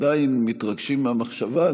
עדיין מתרגשים מהמחשבה,